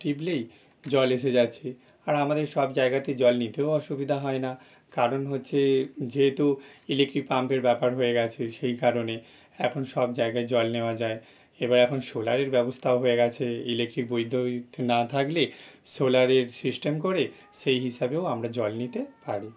টিপলেই জল এসে যাচ্ছে আর আমাদের সব জায়গাতে জল নিতেও অসুবিধা হয় না কারণ হচ্ছে যেহেতু ইলেকট্রিক পাম্পের ব্যাপার হয়ে গেছে সেই কারণে এখন সব জায়গায় জল নেওয়া যায় এবার এখন সোলারের ব্যবস্থাও হয়ে গেছে ইলেকট্রিক বৈদ্যুতিক না থাকলে সোলারের সিস্টেম করে সেই হিসাবেও আমরা জল নিতে পারি